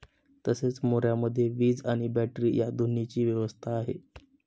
तसेच मोऱ्यामध्ये वीज आणि बॅटरी या दोन्हीची व्यवस्था आहे